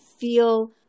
feel